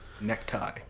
necktie